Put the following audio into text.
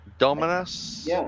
Dominus